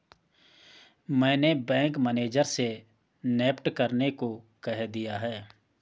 मैंने bank manager से NEFT करने को कह दिया है